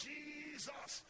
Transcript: Jesus